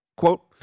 Quote